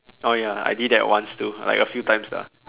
oh ya I did that once too like a few times lah